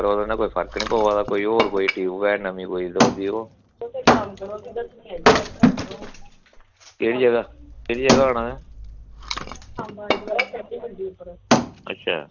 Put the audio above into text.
ओह्दै नै कोई फर्क नी पवा दा कोई होर टयूब है ते ओह् देओ केह्ड़ी जगह आना में अच्छा